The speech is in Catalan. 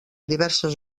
diverses